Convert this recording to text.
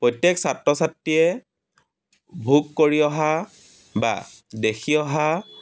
প্ৰত্যেক ছাত্ৰ ছাত্ৰীয়ে ভোগ কৰি অহা বা দেখি অহা